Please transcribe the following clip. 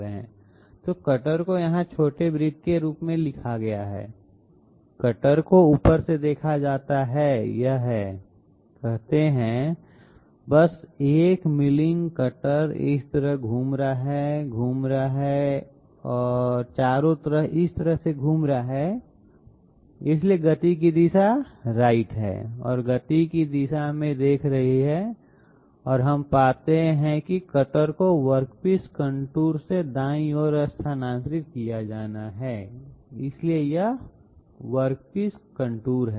तो कटर को यहां छोटे वृत्त के रूप में दिखाया गया है कटर को ऊपर से देखा जाता है यह है कहते हैं बस एक मिलिंग कटर इस तरह घूम रहा है घूम रहा है और चारों ओर इस तरह से घूम रहा है इसलिए गति की दिशा राइट है और गति की दिशा में देख रही है और हम पाते हैं कि कटर को वर्कपीस कंटूर से दाईं ओर स्थानांतरित किया जाना है इसलिए यह वर्कपीस कंटूर है